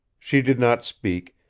she did not speak,